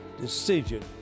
decision